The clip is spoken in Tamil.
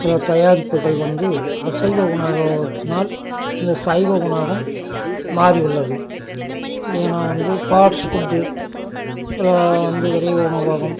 சில தயாரிப்புகள் வந்து அசைவ உணவகத்தினால் இந்த சைவ உணவகம் மாறி உள்ளது ஏன்னா வந்து ஃபாட்ஸ் ஃபுட்டு சில வந்து விரைவு உணவகம்